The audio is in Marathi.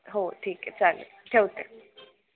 हो ठीक आहे चालेल ठेवते